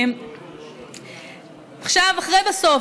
בסוף,